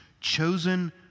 chosen